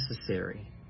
necessary